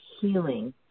healing